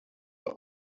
were